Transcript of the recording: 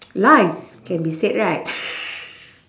lies can be said right